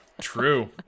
True